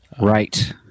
Right